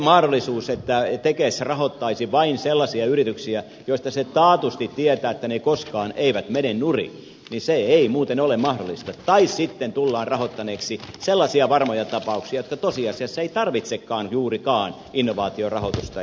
se että tekes rahoittaisi vain sellaisia yrityksiä joista se taatusti tietää että ne koskaan eivät mene nurin ei muuten ole mahdollista tai sitten tullaan rahoittaneeksi sellaisia varmoja tapauksia jotka tosiasiassa eivät tarvitsekaan juurikaan innovaatiorahoitusta